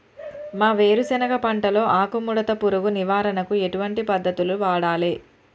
మా వేరుశెనగ పంటలో ఆకుముడత పురుగు నివారణకు ఎటువంటి పద్దతులను వాడాలే?